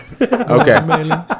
okay